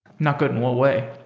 not good in what way?